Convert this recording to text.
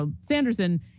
Sanderson